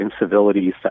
incivility